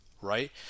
right